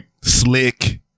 Slick